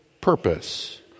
purpose